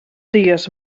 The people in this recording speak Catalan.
digues